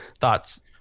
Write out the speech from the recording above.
thoughts